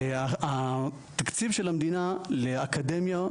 התקציב של המדינה לאקדמיה,